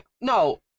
No